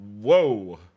Whoa